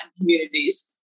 communities